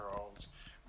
olds